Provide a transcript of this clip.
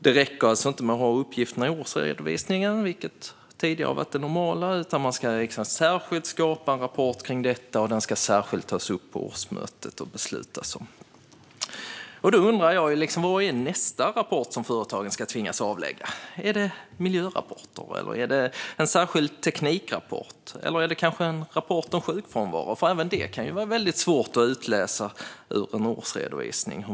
Det räcker alltså inte att ha uppgifterna i årsredovisningen, vilket tidigare har varit det normala, utan man ska särskilt skapa en rapport kring detta som särskilt ska tas upp och beslutas om på årsmötet. Då undrar jag: Vad är nästa rapport som företagen ska tvingas avlägga? Är det en miljörapport? Är det en särskild teknikrapport? Eller är det kanske en rapport om sjukfrånvaro? Hur man arbetar med detta i ett företag kan ju även det vara väldigt svårt att utläsa ur en årsredovisning.